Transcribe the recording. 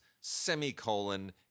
semicolon